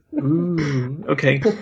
Okay